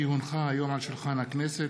כי הונחה היום על שולחן הכנסת,